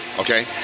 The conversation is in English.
okay